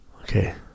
Okay